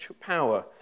power